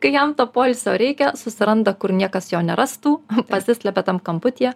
kai jam to poilsio reikia susiranda kur niekas jo nerastų pasislepia tam kamputyje